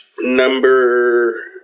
Number